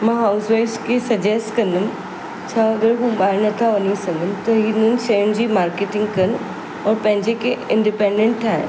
मां हाउसवाइव्स खे सजेस्ट कंदमि छा अगरि उहे ॿाहिरि नथा वञी सघनि त हिननि शयुनि जी मार्केटिंग कनि ऐं पंहिंजे के इंडिपेंडेंट ठाहिनि